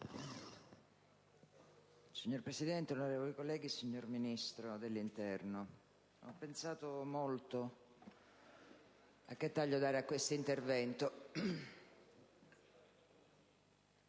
Signor Presidente, onorevoli colleghi, signor Ministro dell'interno, ho pensato molto a che taglio dare a questo intervento,